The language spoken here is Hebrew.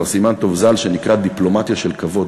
סימן-טוב ז"ל שנקרא "דיפלומטיה של כבוד".